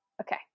Okay